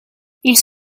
ils